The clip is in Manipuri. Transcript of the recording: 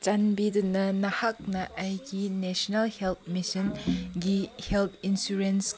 ꯆꯥꯟꯕꯤꯗꯨꯅ ꯅꯍꯥꯛꯅ ꯑꯩꯒꯤ ꯅꯦꯁꯅꯦꯜ ꯍꯦꯜꯊ ꯃꯤꯁꯟꯒꯤ ꯍꯦꯜꯊ ꯏꯟꯁꯨꯔꯦꯟꯁ